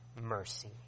mercy